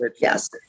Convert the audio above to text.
Yes